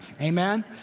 Amen